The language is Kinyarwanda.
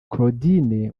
claudine